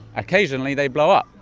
occasionally, they blow up.